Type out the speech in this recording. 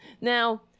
now